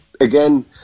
again